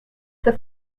the